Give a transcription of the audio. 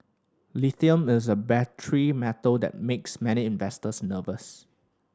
lithium is a battery metal that makes many investors nervous